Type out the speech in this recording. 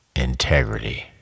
integrity